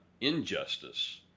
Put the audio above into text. injustice